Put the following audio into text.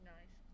Nice